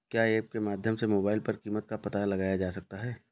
क्या ऐप के माध्यम से मोबाइल पर कीमत का पता लगाया जा सकता है?